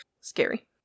scary